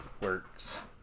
works